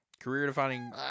career-defining